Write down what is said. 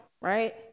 right